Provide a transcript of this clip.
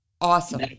Awesome